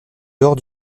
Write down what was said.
dehors